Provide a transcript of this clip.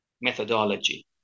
methodology